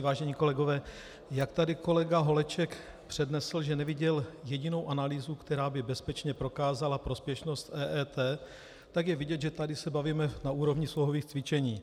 Vážení kolegové, jak tady kolega Holeček přednesl, že neviděl jedinou analýzu, která by bezpečně prokázala prospěšnost EET, tak je vidět, že tady se bavíme na úrovni slohových cvičení.